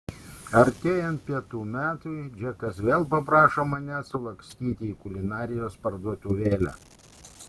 artėjant pietų metui džekas vėl paprašo manęs sulakstyti į kulinarijos parduotuvėlę